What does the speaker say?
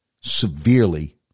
severely